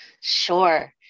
Sure